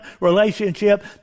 relationship